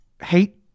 hate